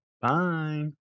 Bye